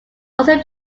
also